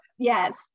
Yes